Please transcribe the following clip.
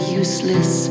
useless